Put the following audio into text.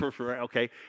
Okay